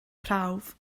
prawf